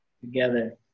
together